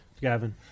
Gavin